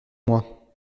moi